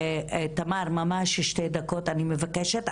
תמר, ממש בשתי דקות, אני מבקשת.